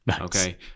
Okay